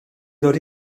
ddod